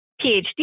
PhD